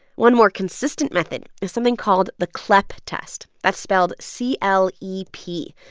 one more consistent method is something called the clep test. that's spelled c l e p.